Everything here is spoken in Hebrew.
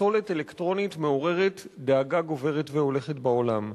פסולת אלקטרונית מעוררת דאגה גוברת והולכת בעולם.